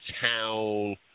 town